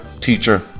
teacher